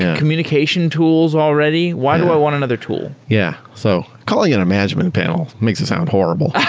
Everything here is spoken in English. communication tools already? why do i want another tool? yeah. so calling it a management panel makes it sound horrible.